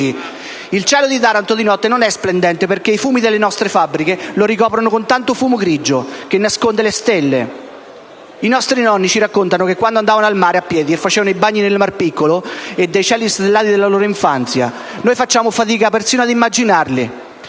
Il cielo di Taranto di notte non è splendente, perché i fumi delle nostre fabbriche lo ricoprono con tanto fumo grigio che nasconde le stelle. I nostri nonni ci raccontano di quando andavano al mare a piedi e facevano i bagni nel mar Piccolo e dei cieli stellati della loro infanzia. Noi facciamo fatica perfino ad immaginarli.